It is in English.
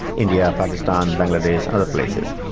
india, pakistan, bangladesh and other places.